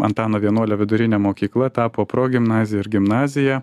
antano vienuolio vidurinė mokykla tapo progimnazija ir gimnazija